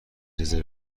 رزرو